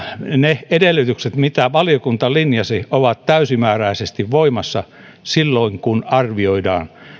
ne edellytykset mitä valiokunta linjasi ovat täysimääräisesti voimassa silloin kun arvioidaan